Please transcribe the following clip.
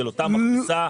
של אותה מכבסה.